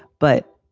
but,